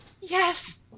yes